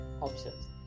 options